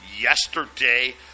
Yesterday